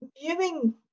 viewing